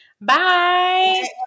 Bye